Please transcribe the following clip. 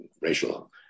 racial